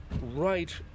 right